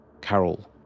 Carol